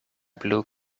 blue